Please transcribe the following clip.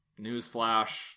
newsflash